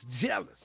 jealous